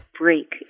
break